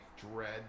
dread